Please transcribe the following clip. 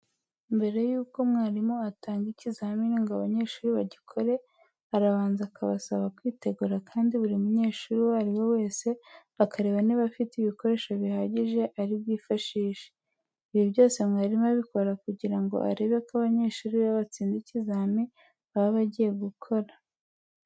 Mbere yuko mwarimu atanga ikizamini ngo abanyeshuri bagikore, arabanza akabasaba kwitegura kandi buri munyeshuri uwo ari we wese akareba niba afite ibikoresho bihagije ari bwifashishe. Ibi byose mwarimu abikora kugira ngo arebe ko abanyeshuri be batsinda ikizamini baba bagiye gukora.